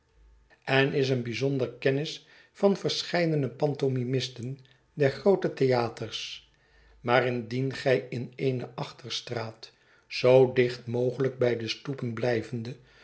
en is een bijzondere kennis van verscheidene pantomimisten der groote theaters maar indien gij in eene achterstraat zoo dicht mogelijk bij de stoepen blijvende